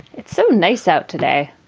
it's so nice out today.